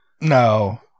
No